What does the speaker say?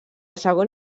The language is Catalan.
segon